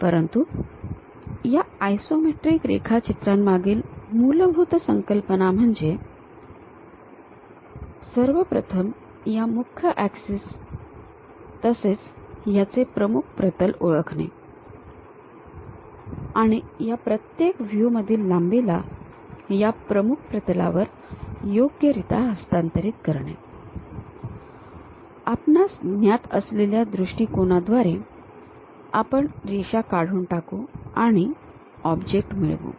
परंतु या आयसोमेट्रिक रेखाचित्रांमागील मूलभूत संकल्पना म्हणजे सर्व प्रथम या मुख्य ऍक्सिस तसेच प्रमुख प्रतल ओळखणेआणि या प्रत्येक व्ह्यूमधील लांबीला या प्रमुख प्रतलावर योग्यरित्या हस्तांतरित करणे आपणास ज्ञात असलेल्या दृष्टिकोनाद्वारे आपण रेषा काढून टाकू आणि ऑब्जेक्ट मिळवू